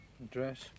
Address